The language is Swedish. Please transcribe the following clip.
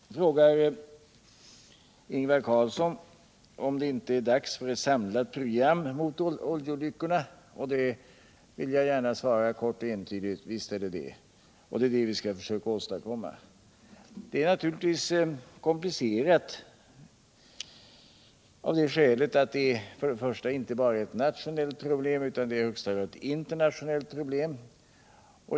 Då frågar Ingvar Carlsson om det inte är dags att göra upp ett samlat program mot oljeolyckorna. Jag vill gärna svara kort och entydigt: Visst är det det, och det är det vi skall försöka åstadkomma. Det är naturligtvis komplicerat, bl.a. därför att problemet inte bara är nationellt utan i högsta grad internationellt.